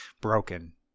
broken